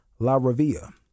LaRavia